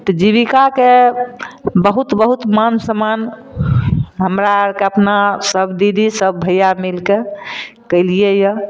तऽ जीबिकाके बहुत बहुत मान सम्मान हमरा आरके अपना सब दीदी सब भैया मिलके कयलिऐ यऽ